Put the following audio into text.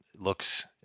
Looks